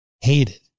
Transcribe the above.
Hated